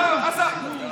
לא, עזוב,